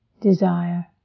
desire